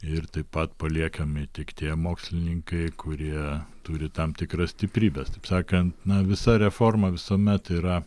ir taip pat paliekami tik tie mokslininkai kurie turi tam tikrą stiprybės taip sakant na visa reforma visuomet yra